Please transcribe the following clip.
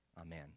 Amen